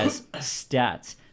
stats